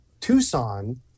Tucson